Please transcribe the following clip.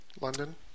London